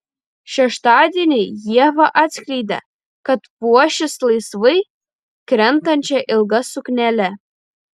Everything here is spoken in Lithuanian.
šeštadienį ieva atskleidė kad puošis laisvai krentančia ilga suknele